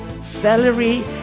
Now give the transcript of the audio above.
Celery